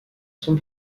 sont